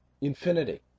infinity